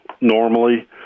normally